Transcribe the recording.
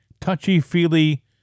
touchy-feely